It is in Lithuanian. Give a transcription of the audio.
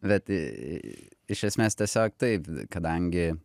bet iš esmės tiesiog taip kadangi